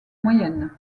moyenne